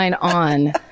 on